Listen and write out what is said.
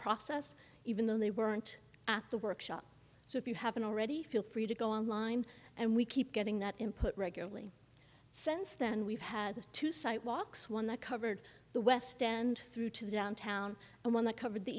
process even though they weren't at the workshop so if you haven't already feel free to go online and we keep getting that input regularly since then we've had to site walks one that covered the west end through to the downtown and one that covered the